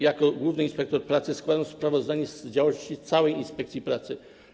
Jako Główny Inspektor Pracy składam sprawozdanie z działalności całej inspekcji pracy.